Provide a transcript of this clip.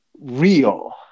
real